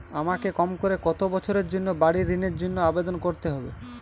আমাকে কম করে কতো বছরের জন্য বাড়ীর ঋণের জন্য আবেদন করতে হবে?